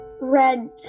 red